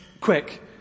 quick